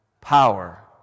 power